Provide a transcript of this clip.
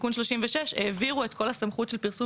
בתיקון 36 העבירו את כל הסמכות של פרסום